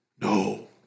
No